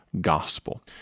gospel